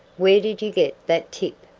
where did you get that tip?